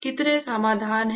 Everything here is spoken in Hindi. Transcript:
कितने समाधान हैं